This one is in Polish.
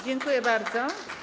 Dziękuję bardzo.